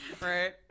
Right